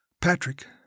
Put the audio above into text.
Patrick